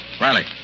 Riley